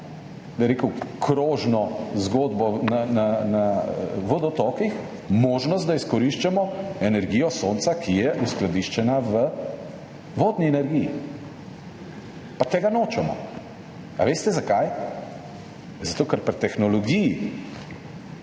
dela, bi rekel, krožno zgodbo na vodotokih, možnost, da izkoriščamo energijo sonca, ki je uskladiščena v vodni energiji. Pa tega nočemo. Ali veste zakaj? Zato, ker so pri tehnologiji,